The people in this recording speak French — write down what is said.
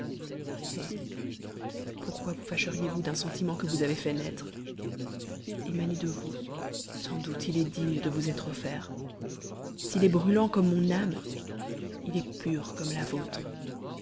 pourquoi vous fâcheriez vous d'un sentiment que vous avez fait naître emané de vous sans doute il est digne de vous être offert s'il est brûlant comme mon âme il est pur comme la vôtre